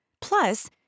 Plus